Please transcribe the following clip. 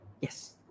yes